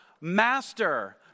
Master